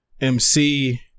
MC